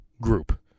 group